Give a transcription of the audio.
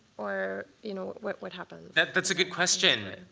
or you know what would happen? that's a good question.